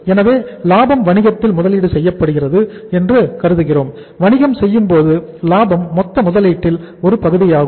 எனவே லாபம் வணிகத்தில் முதலீடு செய்யப்படுகிறது என்று கருதுகிறோம் வணிகம் செய்யும் போது லாபம் மொத்த முதலீட்டில் ஒரு பகுதியாகும்